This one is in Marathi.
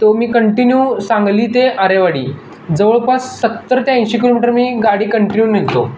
तो मी कंटिन्यू सांगली ते आरेवाडी जवळपास सत्तर ते ऐंशी किलोमीटर मी गाडी कंटिन्यू निघतो